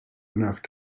enough